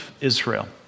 Israel